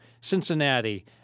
Cincinnati